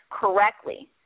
correctly